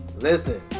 Listen